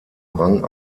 rang